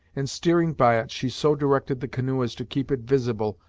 and steering by it, she so directed the canoe as to keep it visible,